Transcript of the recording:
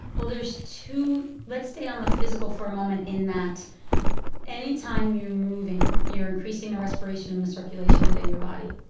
well, there's two let's stay on the physical for a moment in that any time you're moving, you're increasing the respiration and the circulation within your body.